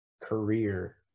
career